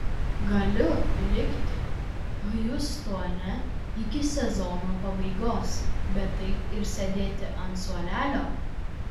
galiu likti hjustone iki sezono pabaigos bet taip ir sėdėti ant suolelio